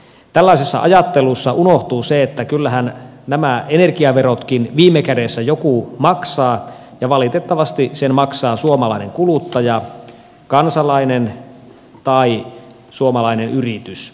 tällaisessa ajattelussa unohtuu se että kyllähän nämä energiaverotkin viime kädessä joku maksaa ja valitettavasti ne maksaa suomalainen kuluttaja kansalainen tai suomalainen yritys